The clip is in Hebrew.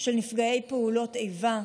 של נפגעי פעולות איבה,